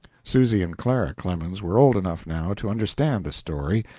susy and clara clemens were old enough now to understand the story,